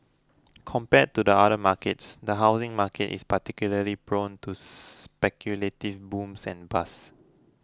compared to the other markets the housing market is particularly prone to speculative booms and bust